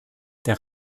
der